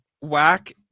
Whack